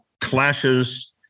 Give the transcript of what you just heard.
clashes